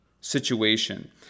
situation